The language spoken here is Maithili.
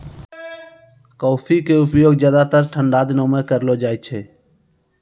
कॉफी के उपयोग ज्यादातर ठंडा दिनों मॅ करलो जाय छै